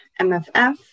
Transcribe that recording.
MFF